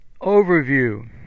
Overview